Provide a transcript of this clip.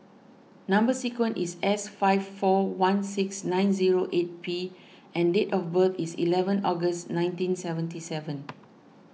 Number Sequence is S five four one six nine zero eight P and date of birth is eleven August nineteen seventy seven